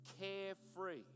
carefree